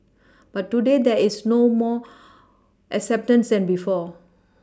but today there is more acceptance than before